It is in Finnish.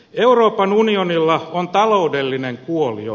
euroopan unionilla on taloudellinen kuolio